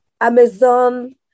Amazon